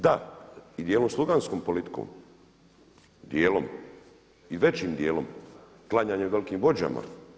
Da i djelom sluganskom politikom, djelom i većim djelom klanjanjem velikim vođama.